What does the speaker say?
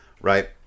right